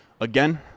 again